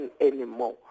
anymore